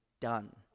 done